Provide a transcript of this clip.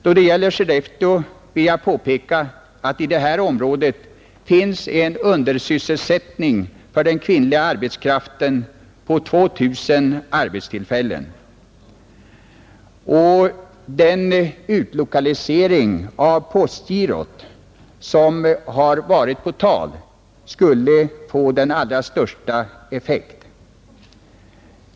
Då det gäller Skellefteå vill jag påpeka att i det området råder en undersysselsättning för den kvinnliga arbetskraften på 2 000 arbetstillfällen. Den utlokalisering av postgirot som har varit på tal skulle få den allra största effekt.